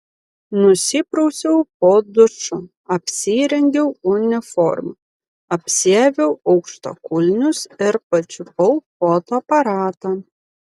nusiprausiau po dušu apsirengiau uniformą apsiaviau aukštakulnius ir pačiupau fotoaparatą